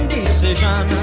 decision